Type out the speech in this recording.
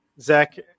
Zach